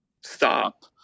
stop